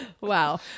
wow